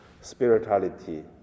spirituality